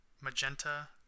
Magenta